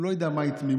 הוא לא יודע מהי תמימות,